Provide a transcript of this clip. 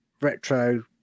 retro